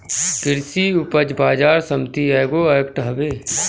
कृषि उपज बाजार समिति एगो एक्ट हवे